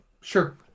Sure